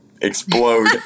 explode